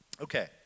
Okay